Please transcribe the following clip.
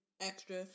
extra